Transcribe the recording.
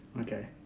Okay